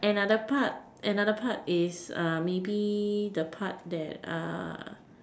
another part another part is uh maybe the part that uh